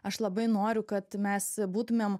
aš labai noriu kad mes būtumėm